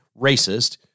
racist